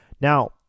Now